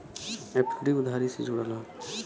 FD उधारी से जुड़ल हौ